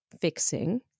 fixing